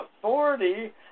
authority